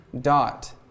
Dot